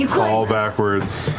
fall backwards,